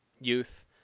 youth